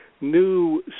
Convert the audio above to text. new